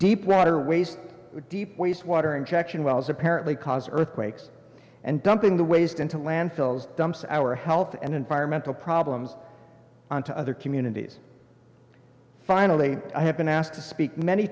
deep water waist deep waste water injection wells apparently cause earthquakes and dumping the waste into landfills dumps our health and environmental problems on to other communities finally i have been asked to speak many